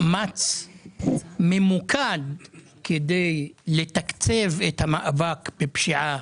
האם יש מאמץ ממוקד כדי לתקצב את המאבק בפשיעה